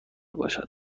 باشد